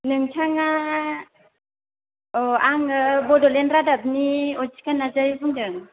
नोंथाङा आङो बड'लेण्ड रादाबनि अथिखा नार्जारी बुंदों